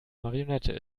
marionette